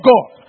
God